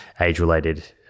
age-related